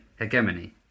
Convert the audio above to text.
Hegemony